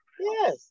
Yes